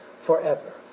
forever